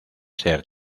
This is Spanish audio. ser